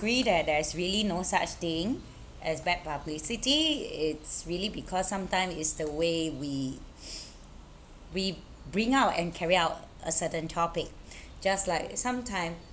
agree that there's really no such thing as bad publicity it's really because sometime it's the way we we bring out and carry out a certain topic just like sometime